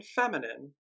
feminine